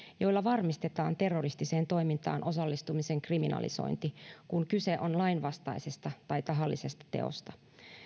joilla varmistetaan terroristiseen toimintaan osallistumisen kriminalisointi kun kyse on lainvastaisesta tai tahallisesta teosta